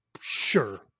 sure